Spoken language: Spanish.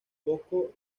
bosco